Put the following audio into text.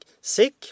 sick